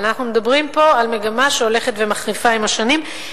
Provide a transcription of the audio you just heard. אבל אנחנו מדברים פה על מגמה שהולכת ומחריפה עם השנים,